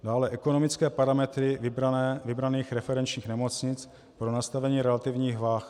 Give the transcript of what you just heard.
Dále ekonomické parametry vybraných referenčních nemocnic pro nastavení relativních vah.